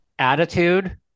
attitude